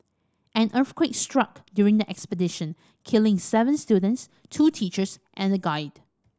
an earthquake struck during the expedition killing seven students two teachers and a guide